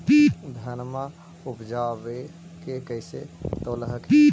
धनमा उपजाके कैसे तौलब हखिन?